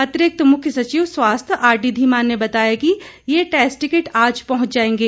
अतिरिक्त मुख्य सचिव स्वास्थ्य आरडी धीमान ने बताया कि ये टेस्ट किट आज पहुंच जाएंगे